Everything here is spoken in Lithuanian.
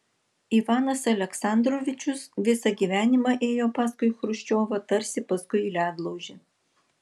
ivanas aleksandrovičius visą gyvenimą ėjo paskui chruščiovą tarsi paskui ledlaužį